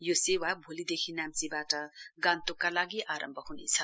यो सेवा भोलिदेखि नाम्चीबाट गान्तोकका लागि आरम्भ हनेछ